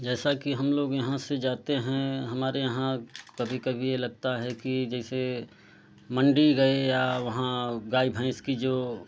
जैसा कि हम लोग यहाँ से जाते हैं हमारे यहाँ कभी कभी यह लगता है कि जैसे मँडी गए या वहाँ गाय भैंस की जो